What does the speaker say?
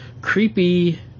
creepy